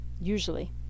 usually